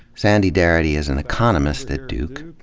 sandy darity is an economist at duke,